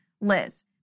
Liz